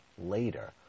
later